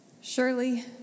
Surely